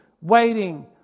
waiting